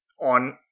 on